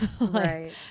right